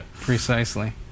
precisely